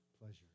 pleasure